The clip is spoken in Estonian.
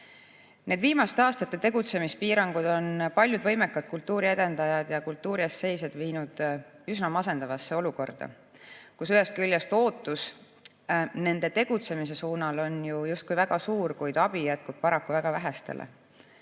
Viimaste aastate tegutsemispiirangud on paljud võimekad kultuuriedendajad ja kultuuri eest seisjad viinud üsna masendavasse olukorda. Ühest küljest ootus nende tegutsemise suunal on justkui väga suur, kuid abi jätkub paraku väga vähestele.